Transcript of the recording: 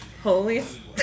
holy